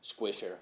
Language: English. squisher